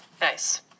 Nice